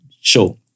show